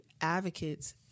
advocates